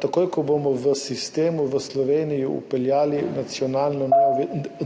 Takoj ko bomo v sistem v Sloveniji vpeljali nacionalno